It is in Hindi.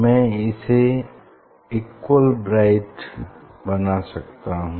मैं इन्हें इक्वली ब्राइट बना सकता हूँ